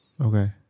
Okay